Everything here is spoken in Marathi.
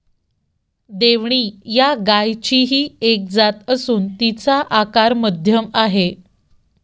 देवणी या गायचीही एक जात असून तिचा आकार मध्यम आहे